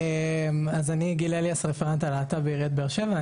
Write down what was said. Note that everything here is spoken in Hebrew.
אז אני גיל אליאס, רפרנט להט"ב בעיריית באר שבע.